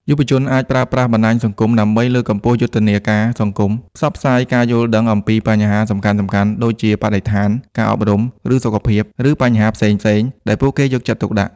យុវជនអាចប្រើប្រាស់បណ្ដាញសង្គមដើម្បី លើកកម្ពស់យុទ្ធនាការសង្គម ផ្សព្វផ្សាយការយល់ដឹងអំពីបញ្ហាសំខាន់ៗ ដូចជាបរិស្ថាន ការអប់រំ ឬសុខភាព ឬ បញ្ហាផ្សេងៗដែលពួកគេយកចិត្តទុកដាក់។